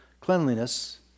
cleanliness